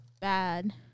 bad